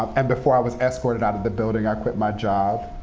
um and before i was escorted out of the building, i quit my job.